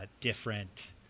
different